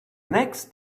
next